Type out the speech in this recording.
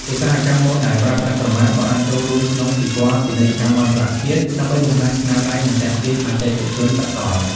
ឧស្សាហកម្មម៉ូដដែលប្រើប្រាស់ក្រមា ក៏អាចចូលរួមក្នុងពិព័រណ៍ពាណិជ្ជកម្មអន្តរជាតិ ដើម្បីបង្ហាញស្នាដៃ និងទាក់ទាញអតិថិជនសកល។